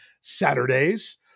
Saturdays